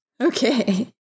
Okay